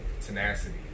tenacity